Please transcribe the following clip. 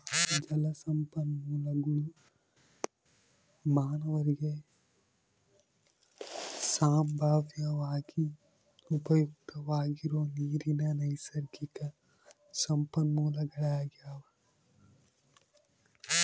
ಜಲಸಂಪನ್ಮೂಲಗುಳು ಮಾನವರಿಗೆ ಸಂಭಾವ್ಯವಾಗಿ ಉಪಯುಕ್ತವಾಗಿರೋ ನೀರಿನ ನೈಸರ್ಗಿಕ ಸಂಪನ್ಮೂಲಗಳಾಗ್ಯವ